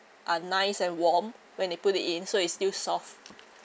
are nice and warm when they put it in so it's still soft